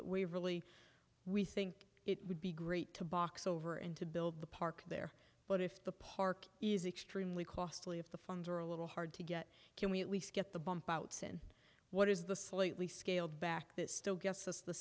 that we really we think it would be great to box over and to build the park there but if the park is extremely costly if the funds are a little hard to get can we at least get the bump outs and what is the slightly scaled back this still gets us th